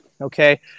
Okay